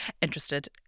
interested